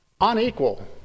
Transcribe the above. unequal